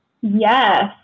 Yes